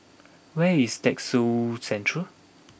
where is Textile Centre